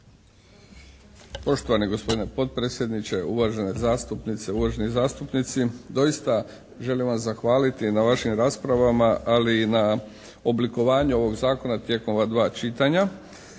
Poštovani gospodine potpredsjedniče, uvažene zastupnice, uvaženi zastupnici! Doista, želim vam zahvaliti na vašim raspravama ali i na oblikovanju ovog zakona tijekom ova dva čitanja.